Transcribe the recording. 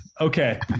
Okay